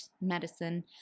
medicine